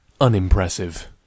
unimpressive